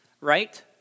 right